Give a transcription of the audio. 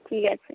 ঠিক আছে